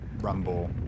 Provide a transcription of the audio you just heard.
rumble